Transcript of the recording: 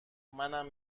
منم